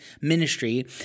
ministry